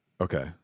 Okay